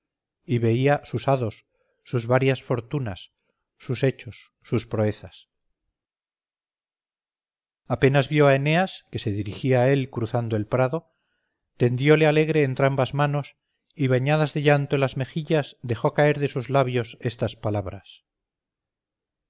y veía sus hados sus varias fortunas sus hechos sus proezas apenas vio a eneas que se dirigía a él cruzando el prado tendiole alegre entrambas manos y bañadas de llanto las mejillas dejó caer de sus labios estas palabras